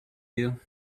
you